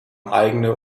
eigene